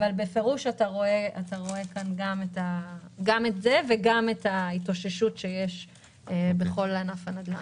אבל בפירוש אתה רואה כאן גם את זה וגם את ההתאוששות שיש בכל ענף הנדל"ן.